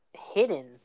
hidden